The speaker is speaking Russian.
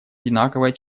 одинаковое